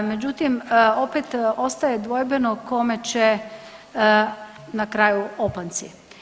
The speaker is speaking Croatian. Međutim, opet ostaje dvojbeno kome će na kraju opanci.